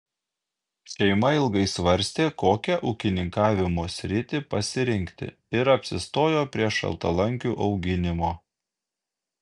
šeima ilgai svarstė kokią ūkininkavimo sritį pasirinkti ir apsistojo prie šaltalankių auginimo